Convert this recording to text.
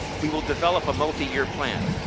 we will develop a multi-year plan.